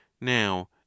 now